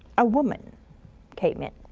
a woman came in.